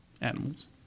animals